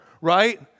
right